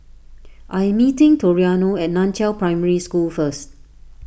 I am meeting Toriano at Nan Chiau Primary School first